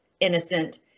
innocent